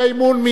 מי נגד?